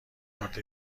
کارت